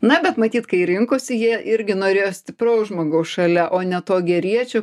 na bet matyt kai rinkosi jie irgi norėjo stipraus žmogaus šalia o ne to geriečio